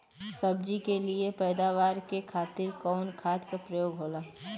सब्जी के लिए पैदावार के खातिर कवन खाद के प्रयोग होला?